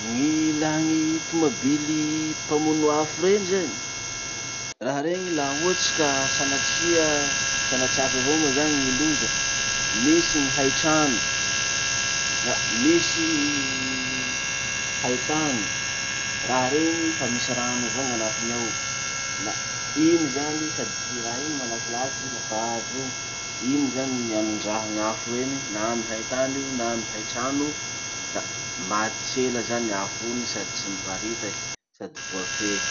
Gny ilà gny tomabily mpamono afo reny zany. Raha reny laha ohatsy ka sanatria, sanatriavy avao moa zany ny loza, misy ny haitrano, la misy gny haitany, raha reny fa misy rano avao gn'anatiny ao, la iny zany sady raha iny malakilaky i lafa avy eo, iny zany ny anondraha gn'afo reny na amy haitany io na amy haitrano io, la maty tsela zany afo iny sady tsy miparitaky sady voafehy.